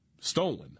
stolen